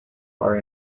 are